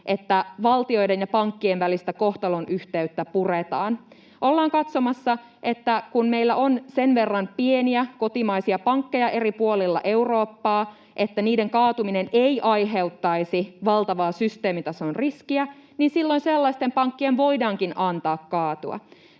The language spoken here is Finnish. että valtioiden ja pankkien välistä kohtalonyhteyttä puretaan. Ollaan katsomassa, että kun meillä on sen verran pieniä kotimaisia pankkeja eri puolilla Eurooppaa, niin niiden kaatuminen ei aiheuttaisi valtavaa systeemitason riskiä. Silloin sellaisten pankkien voidaankin antaa kaatua.